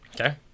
okay